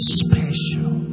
special